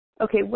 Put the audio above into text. Okay